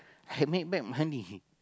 I make back money